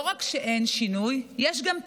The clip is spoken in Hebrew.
לא רק שאין שינוי, יש גם תירוץ,